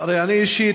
הרי אני אישית,